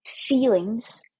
feelings